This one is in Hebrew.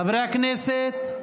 חברי הכנסת.